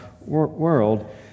world